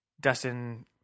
Dustin